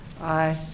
Aye